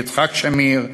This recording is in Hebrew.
יצחק שמיר,